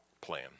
plan